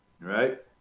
right